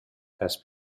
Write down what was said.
has